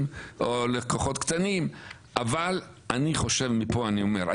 או לקוחות קטנים אבל אני חושב מפה אני אומר,